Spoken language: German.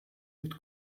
mit